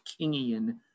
Kingian